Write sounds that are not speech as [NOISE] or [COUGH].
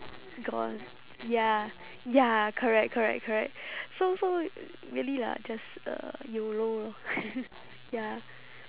gone ya ya correct correct correct so so really lah just uh YOLO lor [NOISE] ya